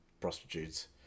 prostitutes